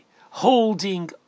holding